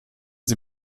sie